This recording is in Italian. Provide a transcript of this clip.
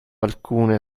alcune